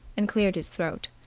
and cleared his throat.